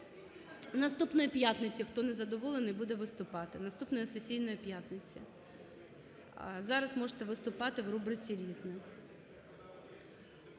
Наступної п'ятниці, хто не задоволений, буде виступати, наступної сесійної п'ятниці, а зараз можете виступати в рубриці "Різне".